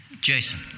Jason